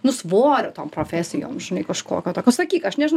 nu svorio tom profesijom žinai kažkokio tokio sakyk aš nežinau